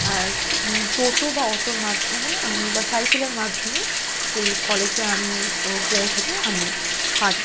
আর টোটো বা অটোর মাধ্যমে আমি বা সাইকেলের মাধ্যমেই সেই কলেজে আমি পৌঁছোতে আমি পারি